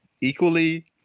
equally